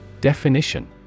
Definition